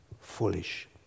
foolish